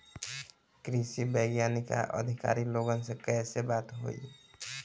कृषि वैज्ञानिक या अधिकारी लोगन से कैसे बात होई?